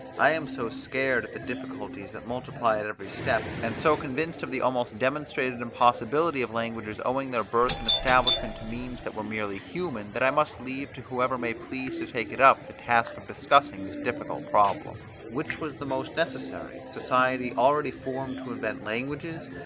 i am so scared at the difficulties that multiply at every step, and so convinced of the almost demonstrated impossibility of languages owing their birth and establishment to means that were merely human, that i must leave to whoever may please to take it up, the task of discussing this difficult problem. which was the most necessary, society already formed to invent languages,